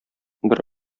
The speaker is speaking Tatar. бер